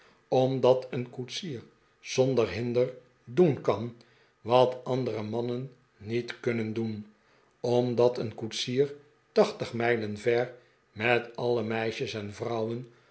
omdat een koetsier zonder hinder doen kan wat andere mannen niet kunnen doen omdat'een koetsier tachtig mijlen ver met alle meisjes en vrouwen